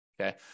Okay